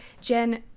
Jen